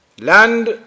land